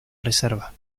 reserva